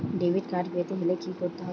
Debit card পেতে হলে কি করতে হবে?